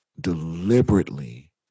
deliberately